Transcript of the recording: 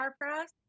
Press